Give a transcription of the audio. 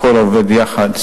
הכול עובד יחד.